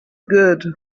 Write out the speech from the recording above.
good